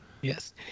Yes